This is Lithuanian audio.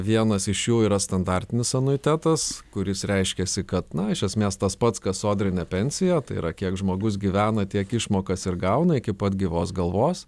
vienas iš jų yra standartinis anuitetas kuris reiškiasi kad na iš esmės tas pats kas sodrinė pensija tai yra kiek žmogus gyvena tiek išmokas ir gauna iki pat gyvos galvos